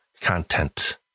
content